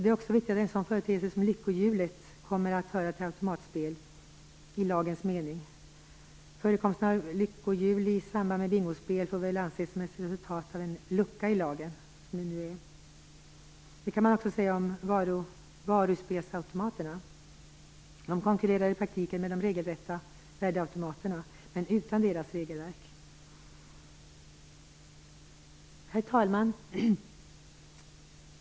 Det är också viktigt att en sådan företeelse som lyckohjulet kommer att höra till automatspel i lagens mening. Förekomsten av lyckohjul i samband med bingospel får väl anses som ett resultat av en lucka i lagen. Det kan man också säga om varuspelsautomaterna. De konkurrerar i praktiken med de regelrätta värdeautomaterna, men utan deras regelverk. Herr talman!